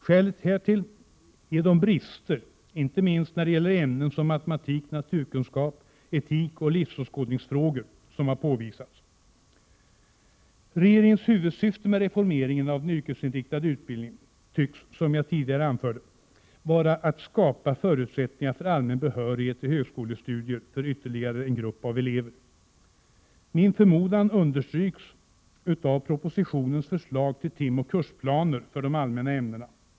Skälet härtill är de brister i inte minst ämnen som matematik, naturkunskap, etik och livsåskådningsfrågor som har påvisats. Regeringens huvudsyfte med reformeringen av den yrkesinriktade utbildningen tycks, som jag tidigare anförde, vara att skapa förutsättningar för allmän behörighet till högskolestudier för ytterligare en grupp elever. Min förmodan understryks av propositionens förslag till timoch kursplaner för de allmänna ämnena.